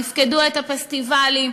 יפקדו את הפסטיבלים,